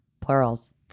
plurals